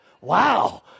Wow